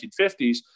1950s